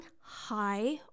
high